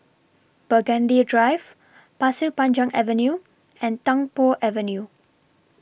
Burgundy Drive Pasir Panjang Avenue and Tung Po Avenue